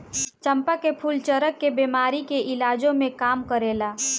चंपा के फूल चरक के बेमारी के इलाजो में काम करेला